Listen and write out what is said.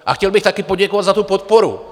A chtěl bych taky poděkovat za tu podporu.